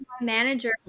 manager